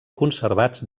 conservats